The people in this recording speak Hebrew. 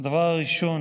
הדבר הראשון